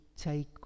take